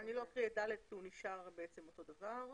אני לא אקריא את (ד) שנשאר אותו הדבר.